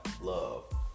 love